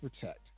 protect